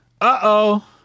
Uh-oh